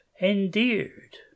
endeared